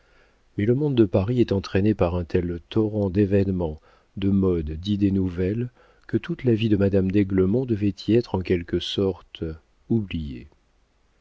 mais le monde de paris est entraîné par un tel torrent d'événements de modes d'idées nouvelles que toute la vie de madame d'aiglemont devait y être en quelque sorte oubliée